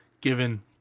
given